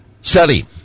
Study